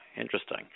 Interesting